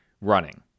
running